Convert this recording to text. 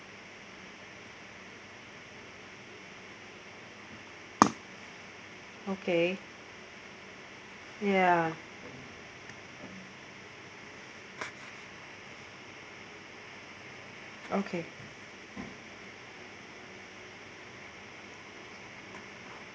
okay ya okay